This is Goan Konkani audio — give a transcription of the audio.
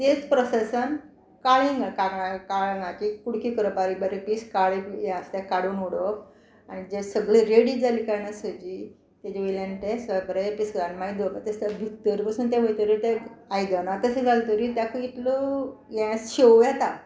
ते तेच प्रोसेसान काळींग काळंगाचे कुडके करप बारीक बारीक बीन काळींग हें आसा ते काडून उडोवप आनी जे सगळे रेडी जाली काय ना सजी तेजे वयल्यान ते बरे पीस मागीर दवळप आसता भितर बसून वयतरीर ते आयदनां ते तशें घालतरी ताका इतलो हें शेव येता